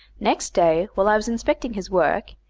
next day, while i was inspecting his work,